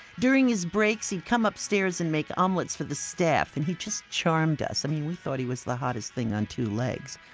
during his breaks he'd come upstairs and make omelets for the staff. and he just charmed us um we thought he was the hottest thing on two legs.